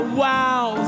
wow